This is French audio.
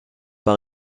par